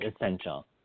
essential